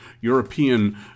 European